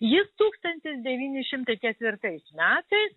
jis tūkstantis devyni šimtai ketvirtais metais